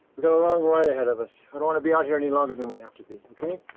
got a long ride ahead of us. i don't wanna be out here any longer than we have to be, okay?